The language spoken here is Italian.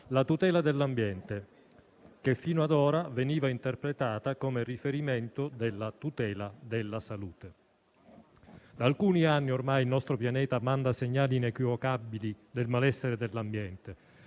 la tutela dell'ambiente che fino ad ora veniva interpretata come riferimento della tutela della salute. Da alcuni anni ormai il nostro pianeta manda segnali inequivocabili del malessere dell'ambiente,